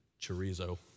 chorizo